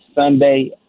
Sunday